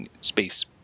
space